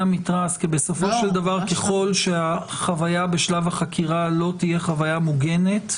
בסופו של דבר ככל שהחוויה בשלב החקירה לא תהיה חוויה מוגנת,